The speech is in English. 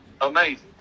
amazing